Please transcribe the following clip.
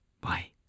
bye